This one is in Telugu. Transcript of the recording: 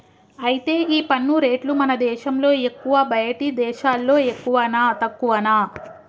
అయితే ఈ పన్ను రేట్లు మన దేశంలో ఎక్కువా బయటి దేశాల్లో ఎక్కువనా తక్కువనా